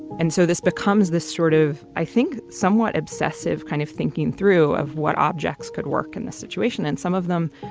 and so this becomes this sort of, i think, somewhat obsessive kind of thinking through of what objects could work in this situation, and some of them,